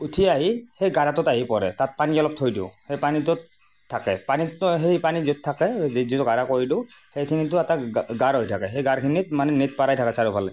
উঠি আহি সেই গাঁতাটোত আহি পৰে তাত পানী অলপ থৈ দিওঁ সেই পানীটোত থাকে পানীটো সেই পানী য'ত থাকে যিটো গাঁত কৰিলোঁ সেইখিনিটো এটা গাঁত হৈ থাকে সেই গাঁতখিনিত মানে নেট পৰাই থাকে চাৰিওফালে